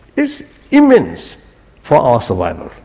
is immense for our survival,